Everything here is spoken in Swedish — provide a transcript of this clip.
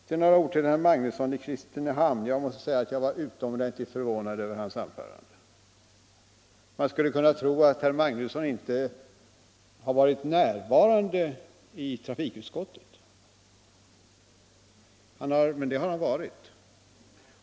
Sedan några ord till herr Magnusson i Kristinehamn. Jag måste säga att jag var utomordentligt förvånad över hans anförande. Man skulle kunna tro att herr Magnusson inte har varit närvarande i trafikutskottet, men det har han varit.